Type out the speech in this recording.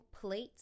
plate